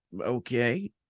okay